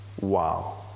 wow